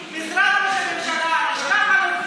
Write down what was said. משרד ראש הממשלה, אתם, סעיף 1 נתקבל.